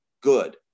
good